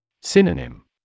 Synonym